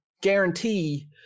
guarantee